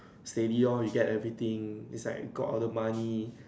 steady lor you get everything beside you get all the money